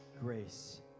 grace